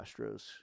Astros